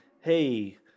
hey